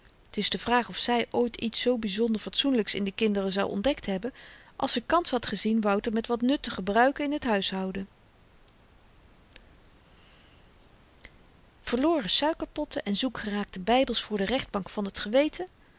t is de vraag of zy ooit iets zoo byzonder fatsoenlyks in die kinderen zou ontdekt hebben als ze kans had gezien wouter met wat nut te gebruiken in t huishouden verloren suikerpotten en zoekgeraakte bybels voor de rechtbank van t geweten